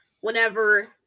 whenever